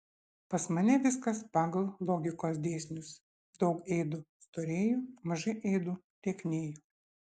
pas mane viskas pagal logikos dėsnius daug ėdu storėju mažai ėdu lieknėju